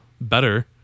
better